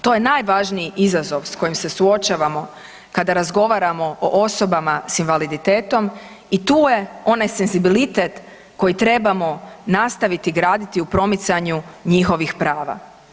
To je najvažniji izazov s kojim se suočavamo kada razgovaramo o osobama s invaliditetom i tu je onaj senzibilitet koji trebamo nastaviti graditi u promicanju njihovih prava.